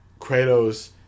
Kratos